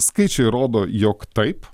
skaičiai rodo jog taip